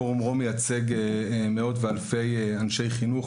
פורום רום מייצג מאות ואלפי אנשי חינוך,